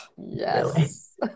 yes